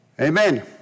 Amen